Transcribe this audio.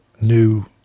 new